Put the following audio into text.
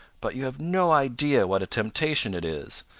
but you have no idea what a temptation it is.